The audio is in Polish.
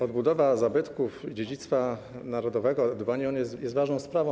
Odbudowa zabytków, dziedzictwa narodowego i dbanie o nie jest ważną sprawą.